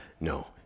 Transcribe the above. no